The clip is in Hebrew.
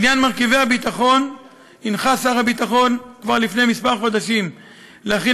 בעניין מרכיבי הביטחון הנחה שר הביטחון כבר לפני כמה חודשים להכין